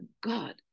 God